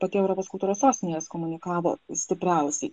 pati europos kultūros sostinė jas komunikavo stipriausiai